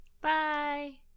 Bye